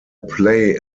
play